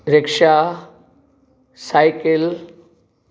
rickshaw cycle